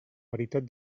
veritat